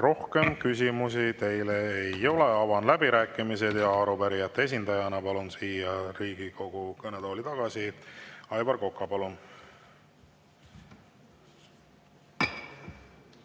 Rohkem küsimusi teile ei ole. Avan läbirääkimised ja arupärijate esindajana palun siia Riigikogu kõnetooli tagasi Aivar Koka. Palun!